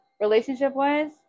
Relationship-wise